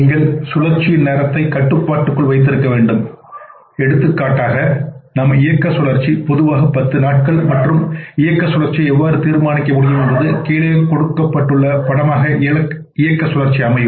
நீங்கள் சுழற்சியின் நேரத்தை கட்டுப்பாட்டுக்குள் வைத்திருக்க வேண்டும் எடுத்துக்காட்டாக நம் இயக்க சுழற்சி பொதுவாக 10 நாட்கள் மற்றும் இயக்க சுழற்சியை எவ்வாறு தீர்மானிக்க முடியும் என்பது கீழே கொடுக்கப்பட்டுள்ள படமாக இயக்க சுழற்சி அமையும்